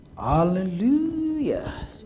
Hallelujah